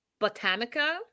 Botanica